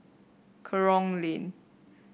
Kerong Lane